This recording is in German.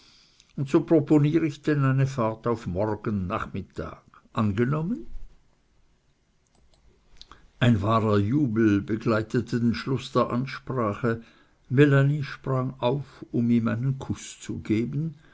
so proponier ich denn eine fahrt auf morgen nachmittag angenommen ein wahrer jubel begleitete den schluß der ansprache melanie sprang auf um ihm einen kuß zu geben